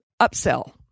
upsell